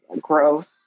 growth